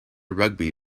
rugby